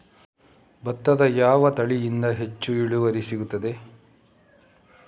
ಭತ್ತದ ಯಾವ ತಳಿಯಿಂದ ಹೆಚ್ಚು ಇಳುವರಿ ಸಿಗುತ್ತದೆ?